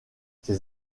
ses